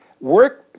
work